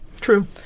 True